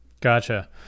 Gotcha